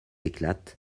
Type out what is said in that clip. éclate